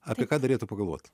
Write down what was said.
apie ką derėtų pagalvot